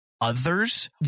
others